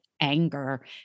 anger